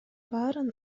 баарын